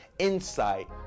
insight